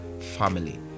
family